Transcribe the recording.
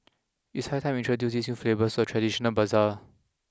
it is high time we introduce these new flavours in a traditional bazaar